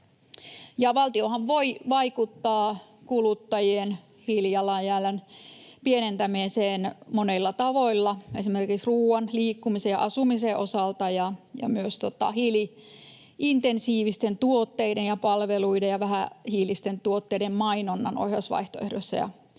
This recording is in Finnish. Valtiohan voi vaikuttaa kuluttajien hiilijalanjäljen pienentämiseen monilla tavoilla, esimerkiksi ruoan, liikkumisen ja asumisen osalta ja myös hiili-intensiivisten tuotteiden ja palveluiden ja vähähiilisten tuotteiden mainonnan ohjausvaihtoehdoilla